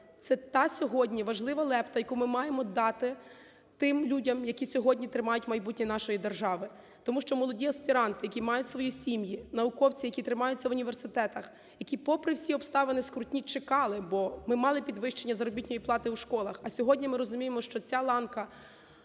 Це та сьогодні важлива лепта, яку ми маємо дати тим людям, які сьогодні тримають майбутнє нашої держави. Тому що молоді аспіранти, які мають свої сім'ї, науковці, які тримаються в університетах, які попри всі обставини скрутні чекали, бо ми мали підвищення заробітної плати у школах. А сьогодні ми розуміємо, що ця ланка